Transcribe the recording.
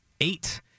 eight